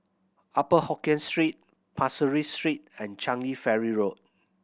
Upper Hokkien Street Pasir Ris Street and Changi Ferry Road